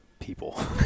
people